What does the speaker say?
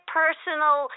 personal